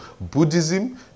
Buddhism